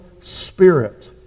spirit